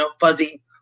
fuzzy